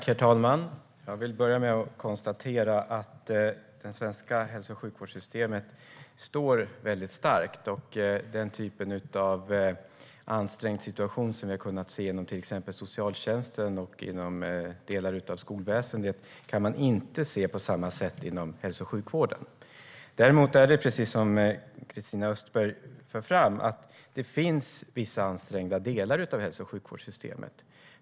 Herr talman! Jag vill börja med att konstatera att det svenska hälso och sjukvårdssystemet står väldigt starkt. Den typ av ansträngd situation som vi har kunnat se inom till exempel socialtjänsten och delar av skolväsendet kan man inte se på samma sätt inom hälso och sjukvården. Däremot finns det, precis som Christina Östberg för fram, vissa ansträngda delar av hälso och sjukvårdssystemet.